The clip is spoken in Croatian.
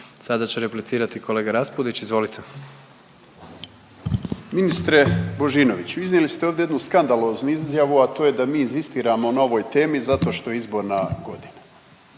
Sada će replicirati kolega Raspudić, izvolite. **Raspudić, Nino (MOST)** Ministre Božinoviću, iznijeli ste ovdje jednu skandaloznu izjavu, da to je da mi inzistiramo na ovoj temi zato što je izborna godina.